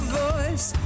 voice